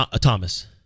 Thomas